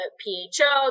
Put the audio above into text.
pho